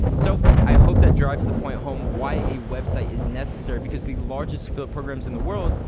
so, i hope that drives the point home why a website is necessary because the largest affiliate programs in the world,